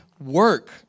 work